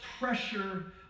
pressure